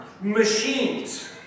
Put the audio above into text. machines